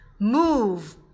move